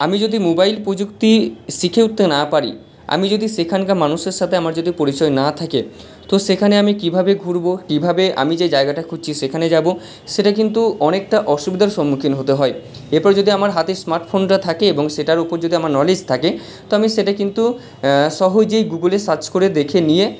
আমি যদি মোবাইল প্রযুক্তি শিখে উঠতে না পারি আমি যদি সেখানকার মানুষের সাথে আমার যদি পরিচয় না থাকে তো সেখানে আমি কীভাবে ঘুরবো কীভাবে আমি যে জায়গাটায় খুঁজছি সেখানে যাবো সেটা কিন্তু অনেকটা অসুবিধার সম্মুখীন হতে হয় এরপরে যদি আমার হাতে স্মার্টফোনটা থাকে এবং সেটার ওপর যদি আমার নলেজ কে তো আমি সেটা কিন্তু সহজেই গুগলে সার্চ করে দেখে নিয়ে